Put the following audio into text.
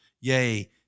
yea